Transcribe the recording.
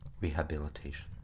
rehabilitation